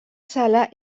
sala